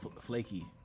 flaky